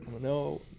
no